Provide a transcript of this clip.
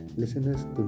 listeners